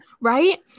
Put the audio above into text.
right